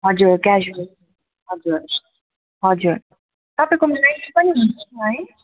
हजुर क्याजुअल हजुर हजुर तपाईँकोमा नाइकी पनि हुन्छ है